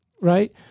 right